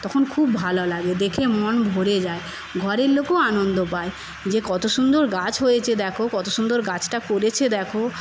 তখন খুব ভালো লাগে দেখে মন ভরে যায় ঘরের লোকও আনন্দ পায় যে কত সুন্দর গাছ হয়েছে দেখো কত সুন্দর গাছটা করেছে দেখো